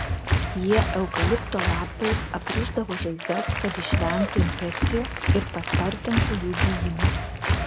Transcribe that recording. jie eukalipto lapais aprišdavo žaizdas kad išvengtų infekcijų ir paspartintų jų gijimą